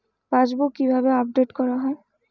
Passbook কিভাবে update করা হয়?